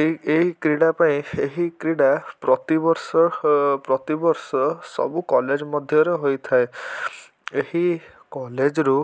ଏଇ ଏହି କ୍ରୀଡ଼ା ପାଇଁ ଏହି କ୍ରୀଡ଼ା ପ୍ରତି ବର୍ଷ ହ ପ୍ରତି ବର୍ଷ ସବୁ କଲେଜ୍ ମଧ୍ୟରେ ହୋଇଥାଏ ଏହି କଲେଜ୍ରୁ